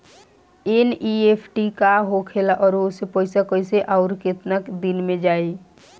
NEFT का होखेला और ओसे पैसा कैसे आउर केतना दिन मे जायी?